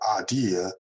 idea